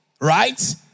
right